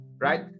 right